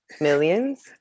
millions